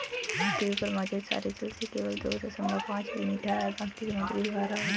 पृथ्वी पर मौजूद सारे जल में केवल दो दशमलव पांच ही मीठा है बाकी समुद्री खारा जल है